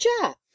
Jack